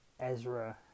Ezra